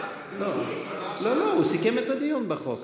לא, לא, הוא סיכם את הדיון בחוק.